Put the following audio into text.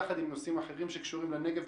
יחד עם נושאים אחרים שקשורים לנגב,